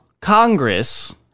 Congress